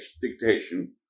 dictation